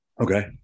Okay